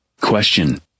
Question